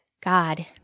God